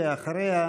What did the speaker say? ואחריה,